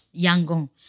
Yangon